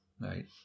Right